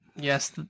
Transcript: Yes